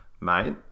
mate